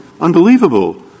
unbelievable